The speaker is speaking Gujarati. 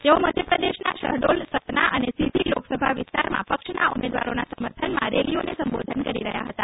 તેઓ મધ્યપ્રદેશના શહડોલ સતના અને સીધી લોકસભા વિસ્તારમાં પક્ષના ઉમેદવારોના સમર્થનમાં રેલીઓને સંબોધન કરી રહ્યા હતા